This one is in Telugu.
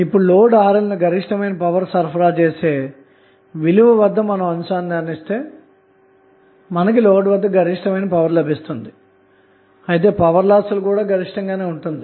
ఇప్పుడు లోడ్ RL ను గరిష్టమైన పవర్ సరఫరా చేసే విలువ వద్ద అనుసంధానిస్తే లోడ్ వద్ద గరిష్ఠమైన పవర్ లభిస్తుంది కానీ పవర్ లాస్ లు కూడా గరిష్టంగా నే ఉంటుంది